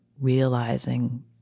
realizing